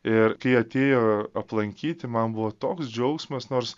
ir kai atėjo aplankyti man buvo toks džiaugsmas nors